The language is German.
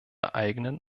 eigenen